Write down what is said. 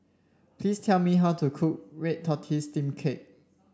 please tell me how to cook Red Tortoise Steamed Cake